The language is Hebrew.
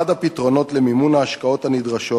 אחד הפתרונות למימון ההשקעות הנדרשות